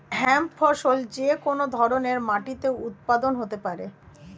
hemp ফসল যে কোন ধরনের মাটিতে উৎপাদন হতে পারে